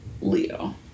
Leo